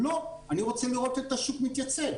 לא, אני רוצה לראות שהשוק מתייצב.